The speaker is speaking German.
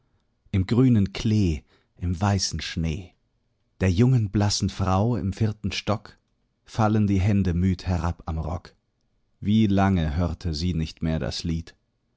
im grünen klee im weißen schnee der jungen blassen frau im vierten stock fallen die hände müd herab am rock wie lange hörte sie nicht mehr das lied